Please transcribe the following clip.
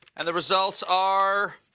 and the results are.